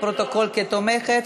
לפרוטוקול כתומכת,